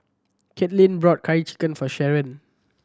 Kathlyn brought Curry Chicken for Sherron